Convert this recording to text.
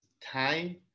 time